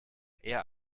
eher